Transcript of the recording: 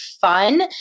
fun